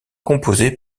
composées